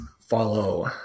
follow